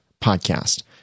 podcast